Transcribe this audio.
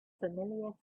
familiar